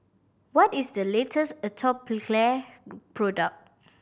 what is the latest Atopiclair product